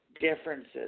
differences